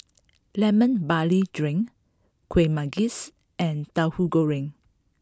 Lemon Barley Drink Kuih Manggis and Tahu Goreng